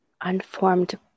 unformed